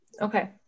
Okay